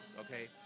okay